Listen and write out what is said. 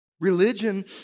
Religion